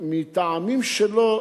מטעמים שלו,